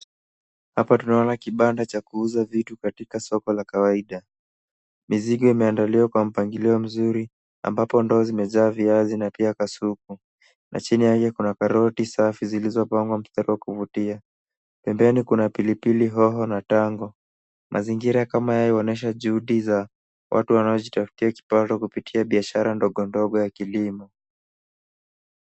Hapa tunaona kibanda cha kuuza vitu katika soko la kawaida. Mizigo imeandaliwa kwa mpagilio mzuri ambapo ndoo zimejaa viazi na pia kasuku. Na chini yake kuna karoti safi zilizopangwa mstari wa kuvutia. Pembeni kuna pilipili hoho na tango. Mazingira kama haya honyesha juhudi za watu wanaotaftia kipato kupitia biashara ndogondogo ya kilimo.